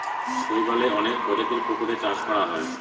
শৈবালের অনেক প্রজাতির পুকুরে চাষ করা হয়